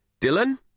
Dylan